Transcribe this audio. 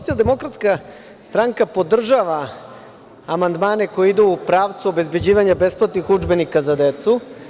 Dakle, SDS podržava amandmane koji idu u pravcu obezbeđivanja besplatnih udžbenika za decu.